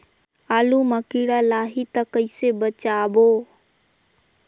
आलू मां कीड़ा लाही ता कइसे बचाबो?